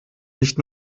nicht